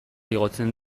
igotzen